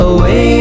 Away